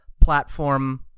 platform